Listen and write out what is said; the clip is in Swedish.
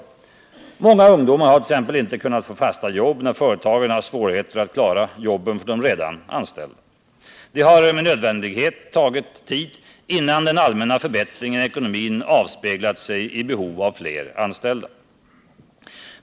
Många ungdomar har t.ex. inte kunnat få fasta jobb, när företagen har haft svårigheter att klara jobben för de redan anställda. Det har med nödvändighet tagit tid, innan den allmänna förbättringen i ekonomin avspeglat sig i behov att anställa fler.